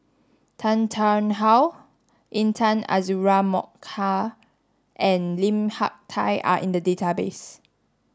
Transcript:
Tan Tarn How Intan Azura Mokhtar and Lim Hak Tai are in the database